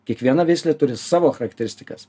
kiekviena veislė turi savo charakteristikas